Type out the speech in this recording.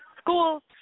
school